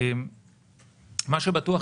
מה שבטוח,